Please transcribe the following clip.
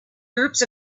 groups